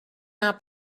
our